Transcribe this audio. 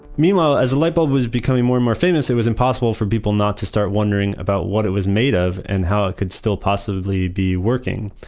meanwhile, as a light bulb was becoming more and more famous, it was impossible for people not to start wondering about what it was made of and how it could still possibly be working.